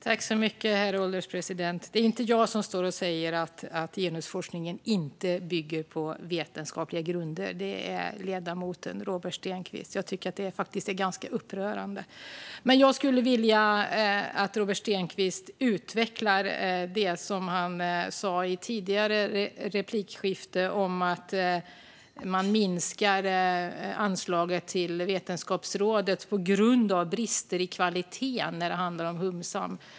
Herr ålderspresident! Det är inte jag utan ledamoten Robert Stenkvist som står och säger att genusforskningen inte bygger på vetenskapliga grunder. Jag tycker faktiskt att det är ganska upprörande. Jag skulle vilja att Robert Stenkvist utvecklar det som han sa i tidigare replikskifte om att man minskar anslaget till Vetenskapsrådet på grund av brister i kvaliteten när det handlar om hum-sam.